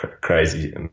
crazy